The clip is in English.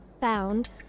found